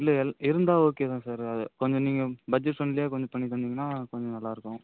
இல்லை எல் இருந்தால் ஓகே தான் சார் அது கொஞ்சம் நீங்கள் பட்ஜெட் ஃப்ரெண்ட்லியாக கொஞ்சம் பண்ணி தந்தீங்கன்னா கொஞ்சம் நல்லாருக்கும்